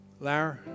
Larry